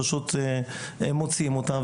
מוציאים אותם.